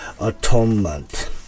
atonement